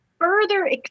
further